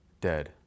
dead